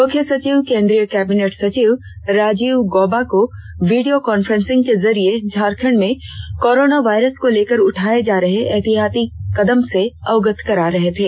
मुख्य सचिव केंद्रीय कैबिनेट सचिव राजीव गौबा को वीडियो कांफ्रेंसिंग के जरिए झारखंड में कोरोना वायरस को लेकर उठाए गए एहतियाती कदम से अवगत करा रहे थे